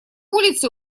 улице